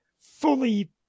fully